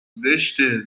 زشته